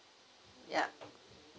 yup